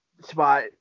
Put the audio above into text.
spot